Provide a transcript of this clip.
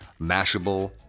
Mashable